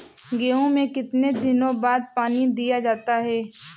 गेहूँ में कितने दिनों बाद पानी दिया जाता है?